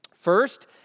First